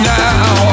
now